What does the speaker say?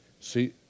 See